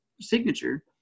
signature